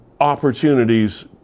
opportunities